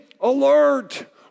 alert